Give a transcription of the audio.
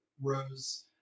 rose